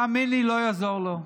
תאמין לי, לא יעזור לו.